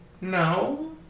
No